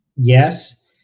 yes